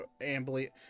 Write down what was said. ambly